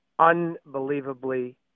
unbelievably